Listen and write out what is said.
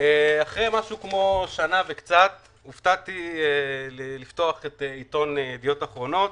אחרי כשנה הופתעתי לפתוח את עיתון ידיעות אחרונות